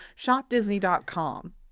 ShopDisney.com